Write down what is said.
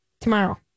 Tomorrow